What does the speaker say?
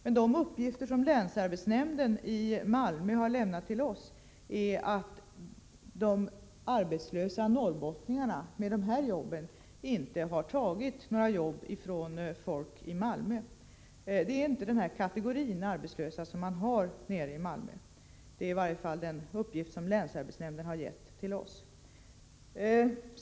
Men enligt de uppgifter som länsarbetsnämnden i Malmö har lämnat till oss har dessa arbetslösa norrbottningar inte tagit några jobb från folk i Malmö. Det är inte den här kategorin arbetslösa som man har i Malmö. Detta är i varje fall den uppgift som länsarbetsnämnden har gett oss.